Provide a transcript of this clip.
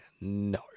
no